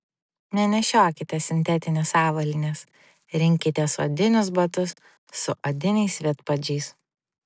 nenešiokite sintetinės avalynės rinkitės odinius batus su odiniais vidpadžiais